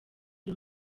uyu